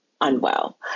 unwell